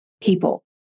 people